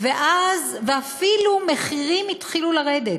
ואפילו מחירים התחילו לרדת.